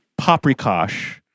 paprikash